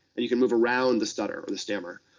and you can move around the stutter or the stammer.